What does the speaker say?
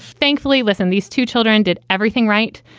thankfully, listen, these two children did everything right.